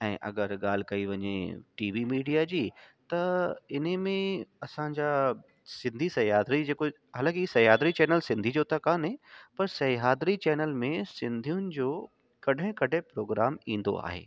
ऐं अगरि ॻाल्हि कई वञे टी वी मीडिया जी त इने में असांजा सिंधी सयादिरि जेको हालांकी सयादिरी चैनल सिंधी जो त कोन्हे पर सयादिरी चैनल में सिंधयुनि जो कॾहिं कॾहिं प्रोग्राम ईंदो आहे